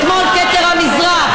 אתמול כתר המזרח.